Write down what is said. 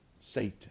Satan